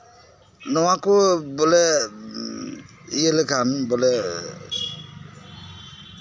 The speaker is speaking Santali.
ᱱᱚᱣᱟ ᱠᱚ ᱵᱟᱞᱮ ᱤᱭᱟᱹ ᱞᱮᱠᱷᱟᱱ ᱵᱚᱞᱮ